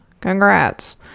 Congrats